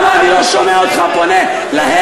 למה אני לא שומע אותך פונה אליהם,